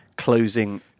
Closing